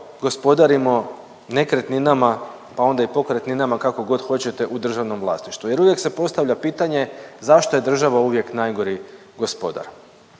gospodarimo nekretninama pa onda i pokretninama kako god hoćete u državnom vlasništvu. Jer uvijek se postavlja pitanje zašto je država uvijek najgori gospodar.